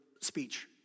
speech